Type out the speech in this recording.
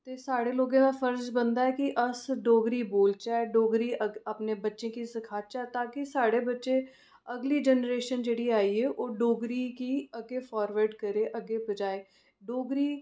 ते साढ़े लोकें दा फर्ज बनदा ऐ कि अस डोगरी बोलचै डोगरी अपने बच्चें गी सखाचै ताकि साढ़े बच्चे अगली जैनरेशन जेह्ड़ी आई ऐ ओह् डोगरी गी अग्गें फार्वड़ करै अग्गें पजाए डोगरी